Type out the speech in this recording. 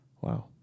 Wow